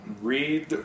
read